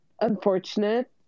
unfortunate